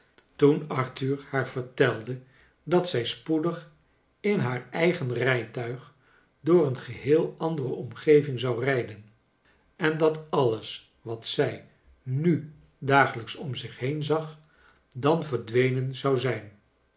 toen arthur haar vertelde dat zij spoedig in haar eigen rijtuig door een geheei andere omgeving zou rijden en dat alles wat zij nu dageiijks om zich heen zag dan verdwenen zou zijn